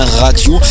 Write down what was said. Radio